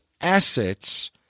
assets